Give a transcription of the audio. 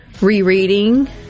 rereading